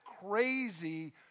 Crazy